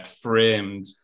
framed